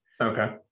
Okay